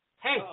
hey